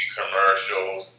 commercials